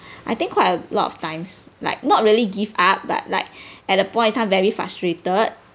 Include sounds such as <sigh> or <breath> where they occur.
I think quite a lot of times like not really give up but like <breath> at a point of time very frustrated